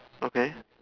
okay